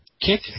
Kick